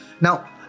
Now